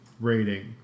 rating